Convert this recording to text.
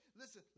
listen